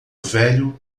velho